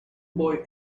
boy